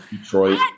Detroit